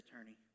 attorney